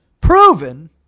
proven